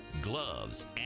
gloves